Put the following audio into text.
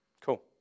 Cool